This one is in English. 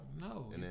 No